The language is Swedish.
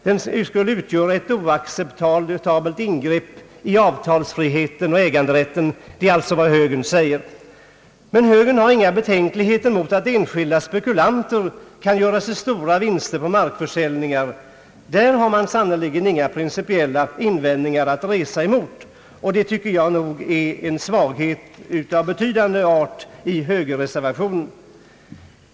Den skulle utgöra ett oacceptabelt ingrepp i avtalsfriheten och äganderätten. Detta är alltså vad högern säger. Högern hyser dock inte några betänkligheter mot att enskilda spekulanter kan göra sig stora vinster på markförsäljningar. Mot detta har man sannerligen inga principiella invändningar att göra, vilket jag tycker är en svaghet av betydande art i högerreservationen.